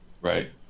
Right